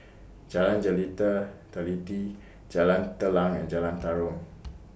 Jalan Teliti Jalan Telang and Jalan Tarum